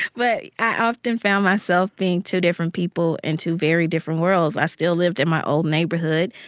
but i often found myself being two different people in two very different worlds. i still lived in my old neighborhood.